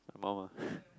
mum ah